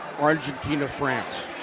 Argentina-France